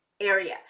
area